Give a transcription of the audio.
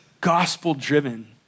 gospel-driven